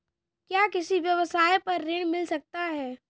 क्या किसी व्यवसाय पर ऋण मिल सकता है?